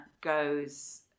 goes